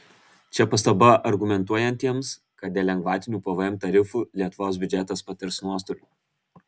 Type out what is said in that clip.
čia pastaba argumentuojantiems kad dėl lengvatinių pvm tarifų lietuvos biudžetas patirs nuostolių